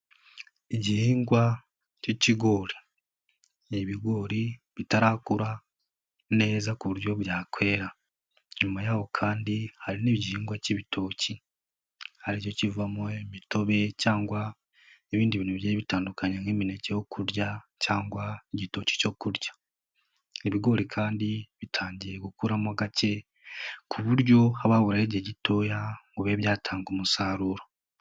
Igihingwa cy'ikigori, n'ibigori bitarakura neza ku buryo byakwera. Nyuma yaho kandi hari n'ibihingwa cy'ibitoki aricyo kivamo imitobe cyangwa ibindi bintu byo kurya bitandukanye nk'imineke yo kurya cyangwa igitoki cyo kurya. ibigori kandi bitangiye gukuramo gake ku buryo haba hoburaho igihe gitoya ngo bibe byatanga umusaruro.